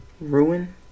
ruin